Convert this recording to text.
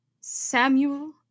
Samuel